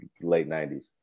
late-90s